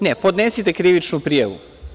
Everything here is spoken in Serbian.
Ne, podnesite krivičnu prijavu.